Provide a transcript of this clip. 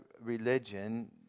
religion